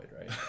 right